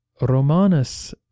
Romanus